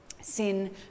sin